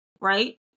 right